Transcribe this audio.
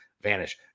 vanish